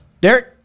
Derek